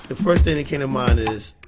the first thing that came to mind is,